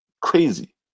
crazy